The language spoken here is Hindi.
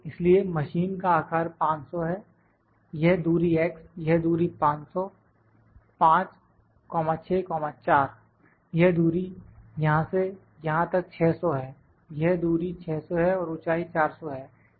इसलिए मशीन का आकार 500 है यह दूरी x यह दूरी 500 5 6 4 यह दूरी यहां से यहां तक 600 है यह दूरी 600 है और ऊंचाई 400 है